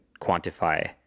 quantify